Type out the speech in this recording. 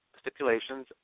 stipulations